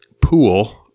pool